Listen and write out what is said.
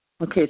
Okay